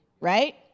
right